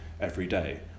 everyday